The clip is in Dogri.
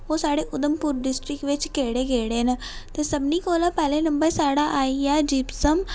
ओह् साढ़े उधमपुर डिस्टिक बिच केह्ड़े केह्ड़े न ते सबने कोला पैह्ले साढ़ा आई आ जिप्सम